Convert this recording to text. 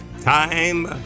time